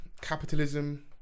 capitalism